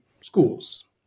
schools